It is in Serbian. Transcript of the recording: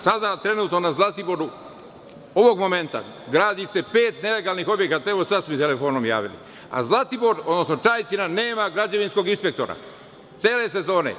Sada trenutno na Zlatiboru, ovog momenta, gradi se pet nelegalnih objekata, evo, sada su mi telefonom javili, a Zlatibor, odnosno Čajetina, nema građevinskog inspektora cele sezone.